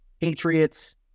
Patriots